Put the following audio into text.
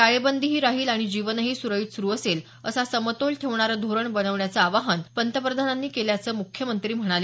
टाळेबंदीही राहील आणि जीवनही सुरळीत सुरु असेल असा समतोल ठेवणारे धोरण बनवण्याचे आवाहन पंतप्रधानांनी केल्याचं मुख्यमंत्री म्हणाले